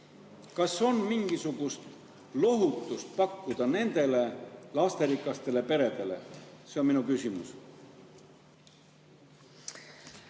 Kas on mingisugust lohutust pakkuda nendele lasterikastele peredele? See on minu küsimus.